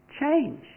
change